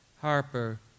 Harper